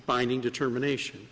binding determination